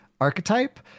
archetype